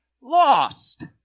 lost